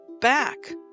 back